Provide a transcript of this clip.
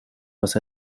was